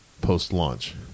post-launch